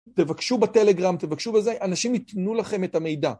תבקשו בטלגראם, תבקשו בזה, אנשים ייתנו לכם את המידע